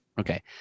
Okay